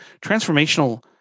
Transformational